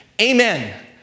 Amen